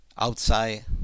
Outside